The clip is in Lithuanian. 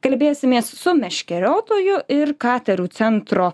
kalbėsimės su meškeriotojų ir katerių centro